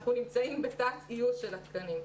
אנחנו נמצאים בתת גיוס של התקנים,